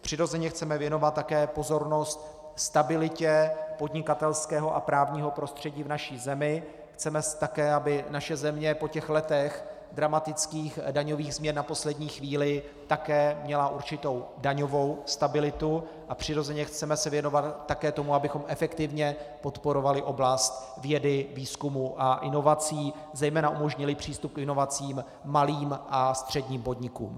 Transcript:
Přirozeně chceme věnovat také pozornost stabilitě podnikatelského a právního prostředí v naší zemi, chceme také, aby naše země po letech dramatických daňových změn na poslední chvíli také měla určitou daňovou stabilitu, a přirozeně se chceme věnovat také tomu, abychom efektivně podporovali oblast vědy, výzkumu a inovací, zejména umožnili přístup k inovacím malým a středním podnikům.